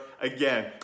again